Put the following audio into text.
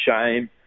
shame